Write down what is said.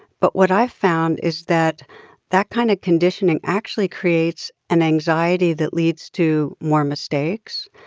but what i found is that that kind of conditioning actually creates an anxiety that leads to more mistakes,